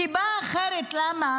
סיבה אחרת למה